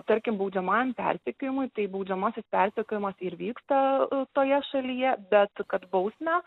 tarkim baudžiamajam persekiojimui tai baudžiamasis persekiojimas ir vyksta toje šalyje bet kad bausmę